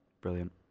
Brilliant